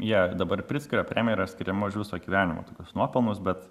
ja dabar prickerio premjera skiriama už viso gyvenimo nuopelnus bet